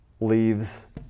leaves